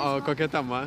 o kokia tema